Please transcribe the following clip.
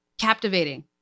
captivating